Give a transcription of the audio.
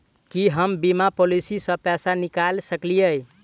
की हम बीमा पॉलिसी सऽ पैसा निकाल सकलिये?